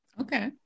Okay